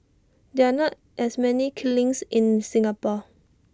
there're not as many kilns in Singapore